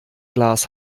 glas